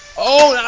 oh!